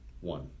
One